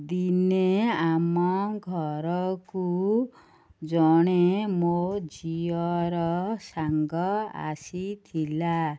ଦିନେ ଆମ ଘରକୁ ଜଣେ ମୋ ଝିଅର ସାଙ୍ଗ ଆସିଥିଲା